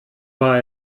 war